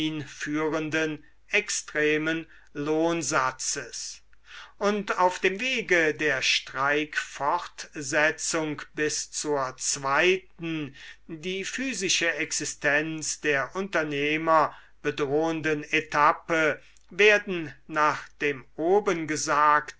führenden extremen lohnsatzes und auf dem wege der streikfortsetzung bis zur zweiten die physische existenz der unternehmer bedrohenden etappe werden nach dem oben gesagten